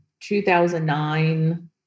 2009